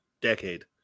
decade